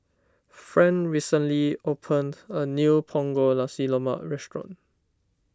Fran recently opened a new Punggol Nasi Lemak restaurant